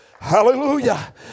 hallelujah